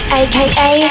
aka